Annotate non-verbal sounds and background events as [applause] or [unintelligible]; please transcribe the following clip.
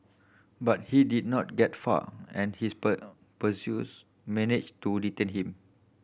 but he did not get far and his [unintelligible] pursuers managed to detain him